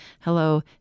Hello